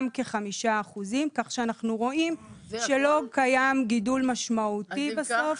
כ-5% כך שאנחנו רואים שלא קיים גידול משמעותי בסוף.